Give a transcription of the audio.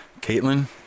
Caitlin